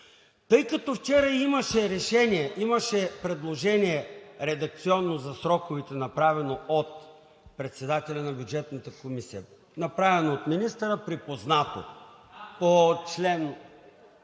Тъй като вчера имаше решение, имаше редакционно предложение за сроковете, направено от председателя на Бюджетната комисия, направено от министъра, припознато по член,